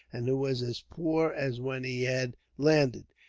and who was as poor as when he had landed,